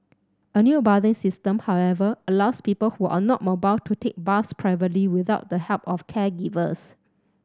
a new bathing system however allows people who are not mobile to take baths privately without the help of caregivers